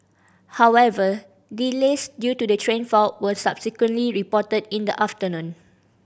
however delays due to the train fault were subsequently reported in the afternoon